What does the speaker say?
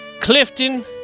Clifton